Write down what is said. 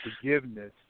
forgiveness